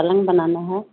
پلنگ بنانا ہے